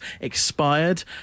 expired